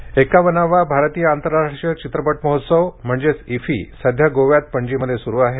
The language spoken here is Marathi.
इफ्फी एक्कावन्नावा भारतीय आंतरराष्ट्रीय चित्रपट महोत्सव म्हणजे इफ्फी सध्या गोव्यात पणजीमध्ये सुरू आहे